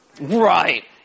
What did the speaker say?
Right